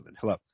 Hello